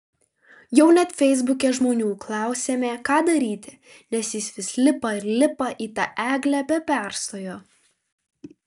jau net feisbuke žmonių klausėme ką daryti nes jis vis lipa ir lipa į tą eglę be perstojo